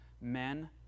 men